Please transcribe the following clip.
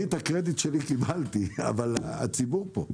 אני הקרדיט שלי קיבלתי, אבל הציבור זועק פה.